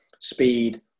speed